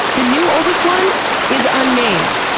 the new oldest one is unnamed!